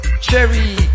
Cherry